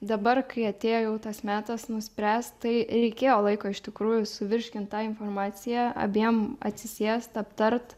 dabar kai atėjo jau tas metas nuspręst tai reikėjo laiko iš tikrųjų suvirškint tą informaciją abiem atsisėst aptart